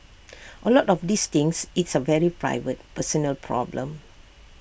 A lot of these things it's A very private personal problem